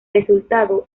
resultado